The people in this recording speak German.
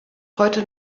heute